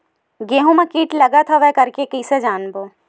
गेहूं म कीट लगत हवय करके कइसे जानबो?